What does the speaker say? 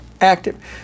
active